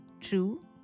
true